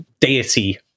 deity